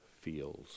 feels